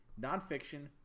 nonfiction